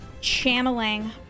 channeling